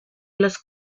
los